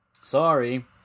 Sorry